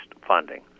funding